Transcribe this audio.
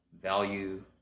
value